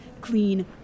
clean